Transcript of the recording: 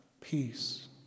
peace